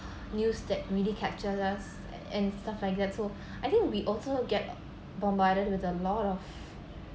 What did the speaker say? news that really capture last and stuff like that so I think we also get bombarded with a lot of